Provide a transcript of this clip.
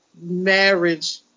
marriage